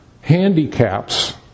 handicaps